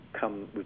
come